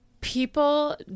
people